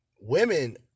women